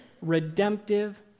redemptive